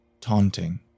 taunting